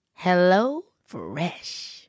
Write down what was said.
HelloFresh